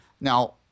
Now